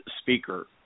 speaker